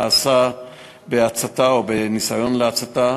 בהצתה, או בניסיון להצתה.